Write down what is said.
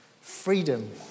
freedom